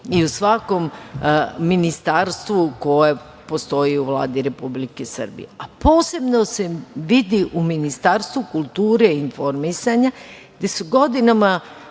i u svakom ministarstvu koje postoji u Vladi Republike Srbije, a posebno se vidi u Ministarstvu kulture i informisanja, gde godinama